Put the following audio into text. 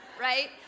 right